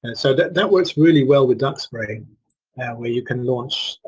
and so that that works really well with duxbury where you can launch